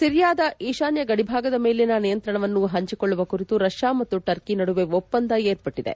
ಸಿರಿಯಾದ ಈಶಾನ್ಯ ಗಡಿಭಾಗದ ಮೇಲಿನ ನಿಯಂತ್ರಣವನ್ನು ಹಂಚಿಕೊಳ್ಳುವ ಕುರಿತು ರಷ್ಯಾ ಮತ್ತು ಟರ್ಕಿ ನಡುವೆ ಒಪ್ಪಂದ ಏರ್ಪಟ್ಟಿದೆ